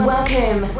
Welcome